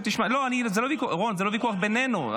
רון, זה לא ויכוח בינינו.